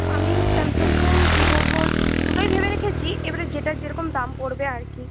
আমি Samsung phone Vivo phone দুটোই ভেবে রেখেছি এবারে যেটা যেরকম দাম পরবে আর কি